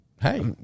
hey